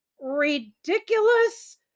ridiculous